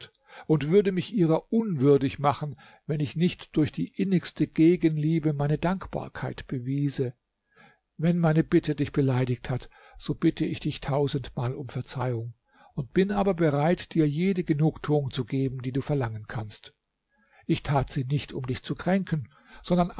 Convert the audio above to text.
und würde mich ihrer unwürdig machen wenn ich nicht durch die innigste gegenliebe meine dankbarkeit bewiese wenn meine bitte dich beleidigt hat so bitte ich dich tausendmal um verzeihung und bin aber bereit dir jede genugtuung zu geben die du verlangen kannst ich tat sie nicht um dich zu kränken sondern